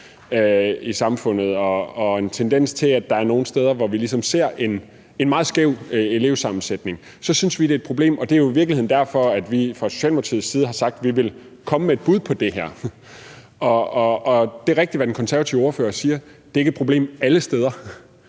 i samfundet og en tendens til, at der er nogle steder, hvor vi ligesom ser en meget skæv elevsammensætning, så synes vi, det er et problem. Og det er jo i virkeligheden derfor, at vi fra Socialdemokratiets side har sagt, at vi vil komme med et bud på det her. Det er rigtigt, hvad den konservative ordfører siger, nemlig at det ikke er et problem alle steder.